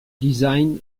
design